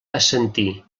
assentir